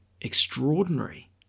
extraordinary